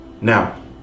Now